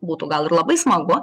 būtų gal ir labai smagu